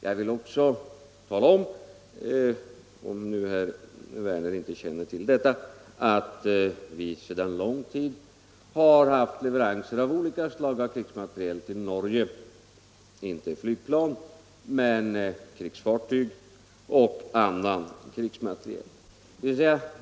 Jag vill också tala om, om nu herr Werner i Tyresö inte känner till detta, att vi sedan lång tid har levererat olika slag av krigsmateriel till Norge — inte flygplan men bl.a. krigsfartyg.